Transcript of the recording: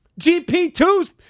GP2's